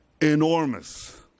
enormous